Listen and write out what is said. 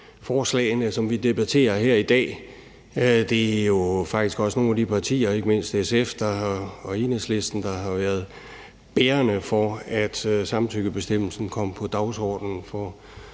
forslagene, som vi debatterer her i dag. Det er jo faktisk også nogle af de partier, ikke mindst SF og Enhedslisten, der har været bærende for, at samtykkebestemmelsen kom på dagsordenen for